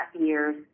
year's